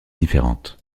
différentes